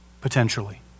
potentially